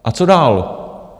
A co dál?